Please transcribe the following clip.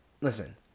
listen